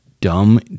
dumb